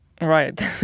Right